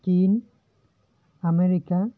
ᱪᱤᱱ ᱟᱢᱮᱨᱤᱠᱟ